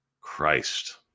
Christ